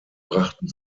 brachten